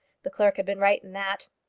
the clerk had been right in that.